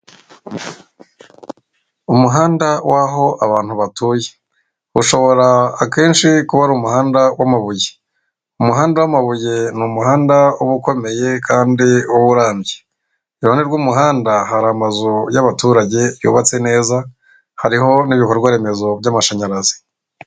Umuhanda w'aho abantu batuye, ushobora akenshi kuba ari umuhanda w'amabuye. Umuhanda w'amabuye ni umuhanda uba ukomeye kandi uba urambye. Iruhande rw'umuhanda hari amazu y'abaturage yubatse neza, hariho n'ibikorwa remezo by'amashanyarazi.